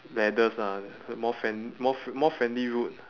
ladders ah more friend~ more f~ more friendly route